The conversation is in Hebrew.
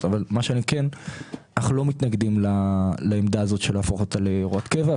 אבל אנחנו לא מתנגדים להפוך אותה להוראת קבע.